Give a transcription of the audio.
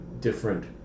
different